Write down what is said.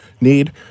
need